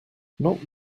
not